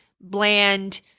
bland